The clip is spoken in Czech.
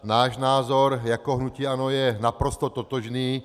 Náš názor jako hnutí ANO je naprosto totožný.